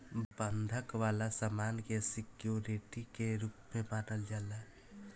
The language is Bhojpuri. बंधक वाला सामान के सिक्योरिटी के रूप में मानल जाला